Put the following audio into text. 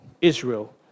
Israel